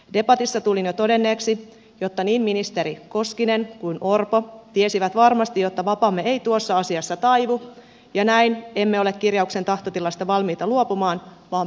debatissa tulin jo todenneeksi että niin ministerit koskinen kuin orpo tiesivät varmasti että vapamme ei tuossa asiassa taivu ja näin emme ole kirjauksen tahtotilasta valmiita luopumaan vaan päinvastoin